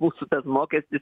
mūsų tas mokestis